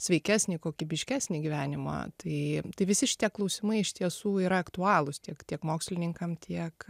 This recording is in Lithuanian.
sveikesnį kokybiškesnį gyvenimą tai tai visi šitie klausimai iš tiesų yra aktualūs tiek tiek mokslininkam tiek